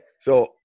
So-